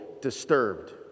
disturbed